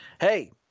Hey